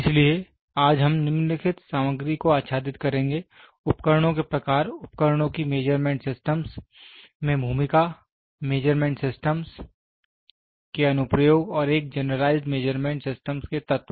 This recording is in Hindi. इसलिए आज हम निम्नलिखित सामग्री को आच्छादित करेंगे उपकरणों के प्रकार उपकरणों की मेजरमेंट सिस्टम्स में भूमिका मेजरमेंट सिस्टम्स के अनु प्रयोग और एक जनरलाइज मेजरमेंट सिस्टम के तत्व